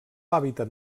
hàbitat